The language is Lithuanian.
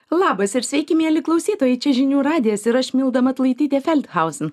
labas ir sveiki mieli klausytojai čia žinių radijas ir aš milda matulaitytėfeldhausen